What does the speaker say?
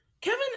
Kevin